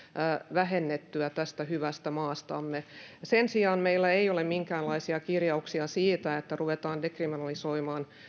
vähennettyä tästä hyvästä maastamme sen sijaan meillä ei ole minkäänlaisia kirjauksia siitä että ruvetaan dekriminalisoimaan